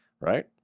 Right